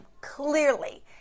clearly